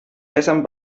pesan